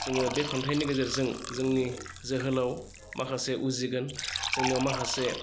जोङो बे खन्थाइनि गेजेरजों जोंनि जोहोलाव माखासे उजिगोन जोंनियाव माखासे